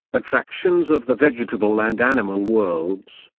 attractions of the vegetable and animal worlds,